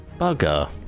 Bugger